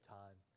time